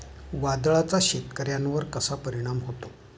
वादळाचा शेतकऱ्यांवर कसा परिणाम होतो?